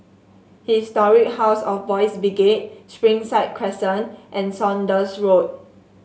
Historic House of Boys' Brigade Springside Crescent and Saunders Road